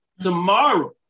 tomorrow